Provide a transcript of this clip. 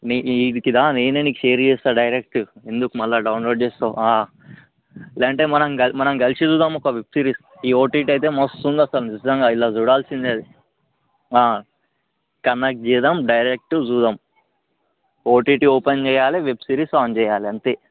నే ఈడికి రా నేనే నీకు షేర్ చేస్తాను డైరెక్ట్ ఎందుకు మరల డౌన్లోడ్ చేస్తావు లేదంటే మనం క మనం కలిసి చూద్దాం ఒక వెబ్సిరీస్ ఈ ఓటీటీ అయితే మస్తు ఉంది అసలు నిజంగా ఇందులో చూడాల్సిందే అది కనెక్ట్ చేయడం డైరెక్ట్ చూద్దాం ఓటీటీ ఓపెన్ చేయాలి వెబ్సిరీస్ ఆన్ చేయాలి అంతే